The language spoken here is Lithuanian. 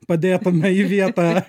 padėtume į vietą